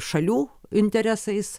šalių interesais